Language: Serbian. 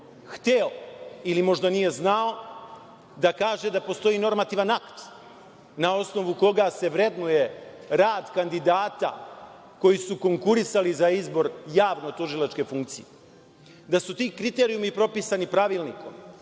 hteo ili možda nije znao da kaže da postoji normativan akt na osnovu koga se vrednuje rad kandidata koji su konkurisali za izbor javnotužilačke funkcije, da su ti kriterijumi propisani pravilnikom,